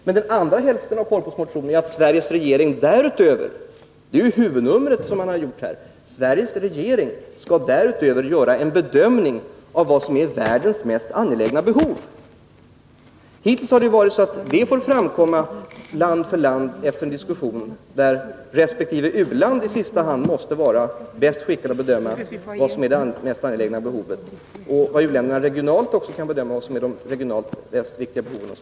Men i Sture Korpås motion sägs det — det är det man här gjort till huvudnummer — att Sveriges regering därutöver skall göra en bedömning av vad som är världens mest angelägna behov. Hittills har de angelägnaste behoven fått framkomma efter en diskussion land för land, där resp. u-land måste vara bäst skickat att i sista hand bedöma vad som är de angelägnaste behoven och där u-länderna regionalt också kunnat bedöma vad som är de regionalt viktigaste behoven.